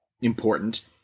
important